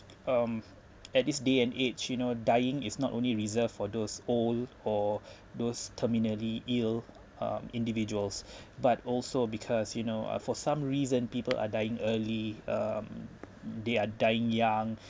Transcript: um at this day and age you know dying is not only reserved for those old or those terminally ill um individuals but also because you know uh for some reason people are dying early um they are dying young